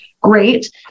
great